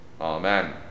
Amen